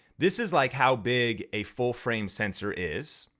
this is like how big a full-frame sensor is,